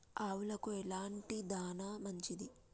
ఆవులకు ఎలాంటి దాణా మంచిది?